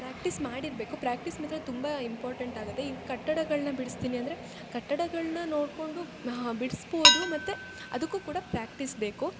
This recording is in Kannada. ಪ್ರಾಕ್ಟೀಸ್ ಮಾಡಿರಬೇಕು ಪ್ರಾಕ್ಟೀಸ್ ಮಾತ್ರ ತುಂಬ ಇಂಪಾರ್ಟೆಂಟಾಗತ್ತೆ ಈಗ ಕಟ್ಟಡಗಳನ್ನು ಬಿಡಿಸ್ತೀನಿ ಅಂದರೆ ಕಟ್ಟಡಗಳನ್ನು ನೋಡ್ಕೊಂಡು ಬಿಡ್ಸ್ಬೋದು ಮತ್ತು ಅದಕ್ಕೂ ಕೂಡ ಪ್ರಾಕ್ಟೀಸ್ ಬೇಕು